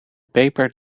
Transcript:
paper